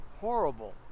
horrible